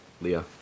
Leah